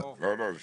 זה שונה.